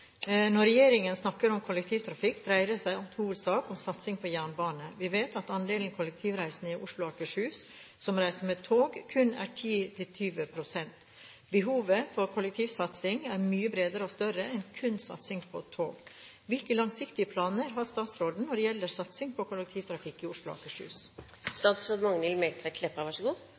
Når regjeringen snakker om kollektivtrafikk, dreier det seg i all hovedsak om satsing på jernbane. Vi vet at andelen kollektivreisende i Oslo og Akershus som reiser med tog, kun er 10–20 pst. Behovet for kollektivsatsing er mye bredere og større enn kun satsing på tog. Hvilke langsiktige planer har statsråden når det gjelder satsing på kollektivtrafikk i Oslo og Akershus?»